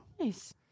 Nice